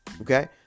Okay